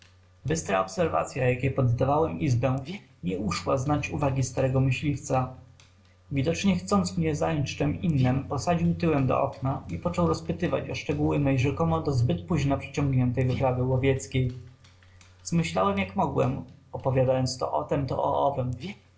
bystra obserwacya jakiej poddawałem izbę nie uszła znać uwagi starego myśliwca widocznie chcąc mnie zająć czem innem posadził tyłem do okna i począł rozpytywać o szczegóły mej rzekomo do zbyt późna przeciągniętej wyprawy łowieckiej zmyślałem jak mogłem opowiadając to o tem